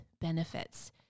benefits